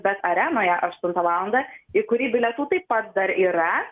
bet arenoje aštuntą valandą į kurį bilietų taip pat dar yra